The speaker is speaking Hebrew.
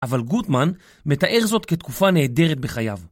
אבל גוטמן מתאר זאת כתקופה נהדרת בחייו.